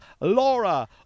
Laura